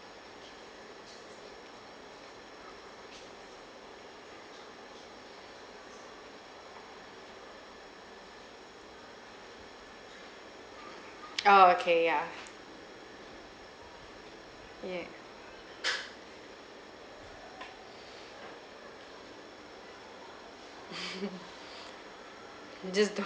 oh okay yeah yuck just to